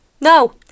no